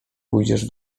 pójdziesz